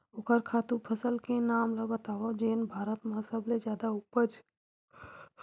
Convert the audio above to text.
ओखर खातु फसल के नाम ला बतावव जेन भारत मा सबले जादा उपज?